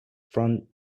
from